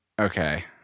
Okay